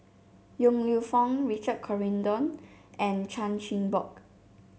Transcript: Yong Lew Foong Richard Corridon and Chan Chin Bock